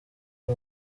ari